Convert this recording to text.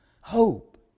Hope